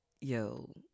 yo